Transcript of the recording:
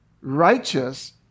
righteous